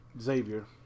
Xavier